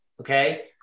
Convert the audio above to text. okay